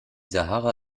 sahara